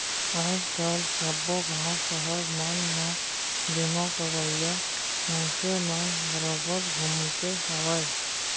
आज काल सब्बो गॉंव सहर मन म बीमा करइया मनसे मन बरोबर घूमते हवयँ